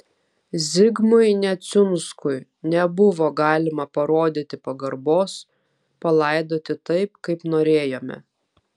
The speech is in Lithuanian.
zigmui neciunskui nebuvo galima parodyti pagarbos palaidoti taip kaip norėjome